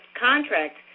contract